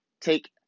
take